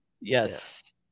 yes